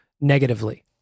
negatively